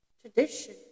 Tradition